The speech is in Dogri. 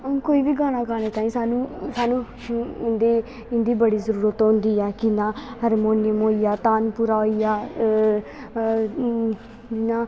हुन कोई बी गाना गाने ताईं सानूं सानूं ह् इंदी इंदी बड़ी जरूरत होंदी ऐ किन्ना हारमोनियम होई आं तानपुरा होई आ इ'यां